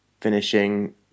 finishing